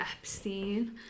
Epstein